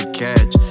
catch